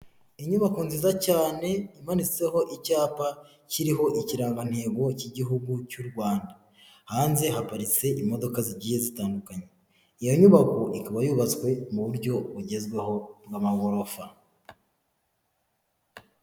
Inyubako nziza cyane imanitseho icyapa kiriho ikirangantego cy'igihugu cy'u Rwanda. Hanze haparitse imodoka zigiye zitandukanye, iyo nyubako ikaba yubatswe mu buryo bugezweho bw'amagorofa.